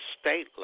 state